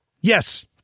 Yes